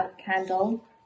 candle